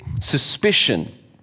suspicion